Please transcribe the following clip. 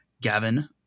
Gavin